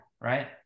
Right